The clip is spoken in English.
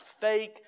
fake